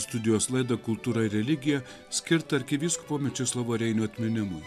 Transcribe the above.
studijos laidą kultūra ir religija skirtą arkivyskupo mečislovo reinio atminimui